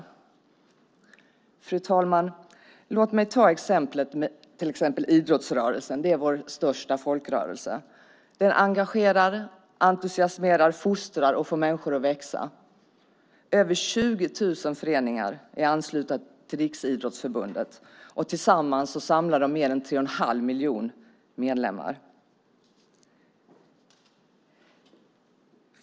Fru talman! Låt mig ta exemplet med idrottsrörelsen. Den är vår största folkrörelse. Den engagerar, entusiasmerar, fostrar och får människor att växa. Över 20 000 föreningar är anslutna till Riksidrottsförbundet. Tillsammans samlar de mer än tre och en halv miljon medlemmar.